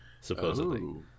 supposedly